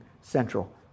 Central